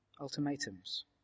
Ultimatums